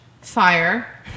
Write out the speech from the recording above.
Fire